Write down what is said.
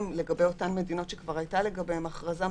לגבי אותן מדינות שכבר הייתה לגביהן הכרזה.